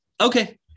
Okay